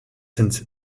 since